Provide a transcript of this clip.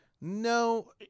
No